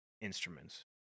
instruments